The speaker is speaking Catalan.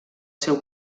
seu